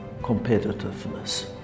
competitiveness